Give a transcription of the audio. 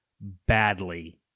badly